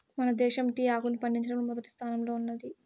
మన దేశం టీ ఆకును పండించడంలో మొదటి స్థానంలో ఉన్నాది